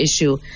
issue